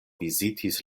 vizitis